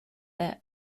their